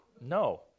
No